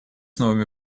новыми